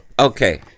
Okay